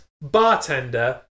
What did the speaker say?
bartender